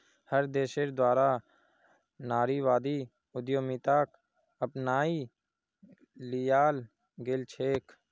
हर देशेर द्वारा नारीवादी उद्यमिताक अपनाए लियाल गेलछेक